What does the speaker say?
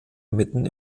mitten